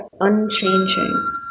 unchanging